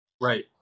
Right